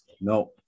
no